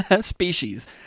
species